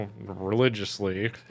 religiously